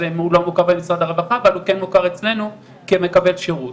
אז הוא לא מוכר במשרד הרווחה אבל הוא כן מוכר אצלנו כמקבל שירות.